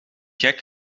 gek